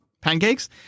Pancakes